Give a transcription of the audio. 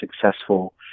successful